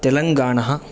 Telangana